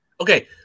Okay